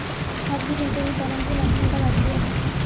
खासगी गुंतवणूक दारांची मागणी आता वाढली आहे